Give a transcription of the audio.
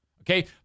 Okay